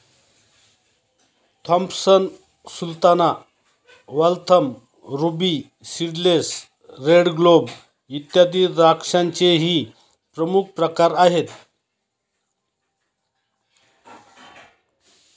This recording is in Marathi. Thompson sultana, Waltham, ruby seedless, red globe, इत्यादी द्राक्षांचेही प्रमुख प्रकार आहेत